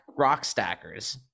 Rockstackers